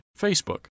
Facebook